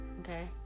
Okay